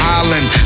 island